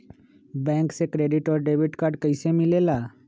Bank से credit और debit card कैसी मिलेला?